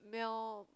Meo